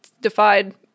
defied